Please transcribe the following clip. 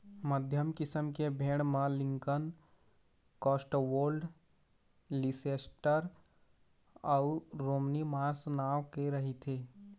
मध्यम किसम के भेड़ म लिंकन, कौस्टवोल्ड, लीसेस्टर अउ रोमनी मार्स नांव के रहिथे